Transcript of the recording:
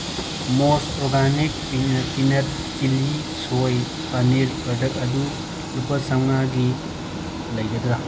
most organic peanut chilli soy paneer product ꯑꯗꯨ ꯂꯨꯄꯥ ꯆꯝꯃꯉꯥꯒꯤ ꯂꯩꯒꯗ꯭ꯔꯥ